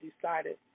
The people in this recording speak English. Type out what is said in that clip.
decided